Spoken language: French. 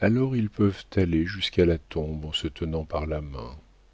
alors ils peuvent aller jusqu'à la tombe en se tenant par la main